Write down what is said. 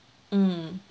mm